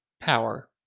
power